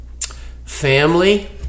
family